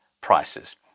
prices